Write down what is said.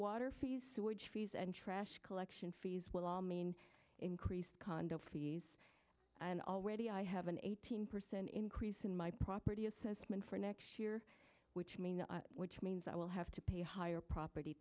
water fees sewage fees and trash collection fees will all mean increased condo fees and already i have an eighteen percent increase in my property assessment for next year which means which means i will have to pay higher property